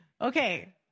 Okay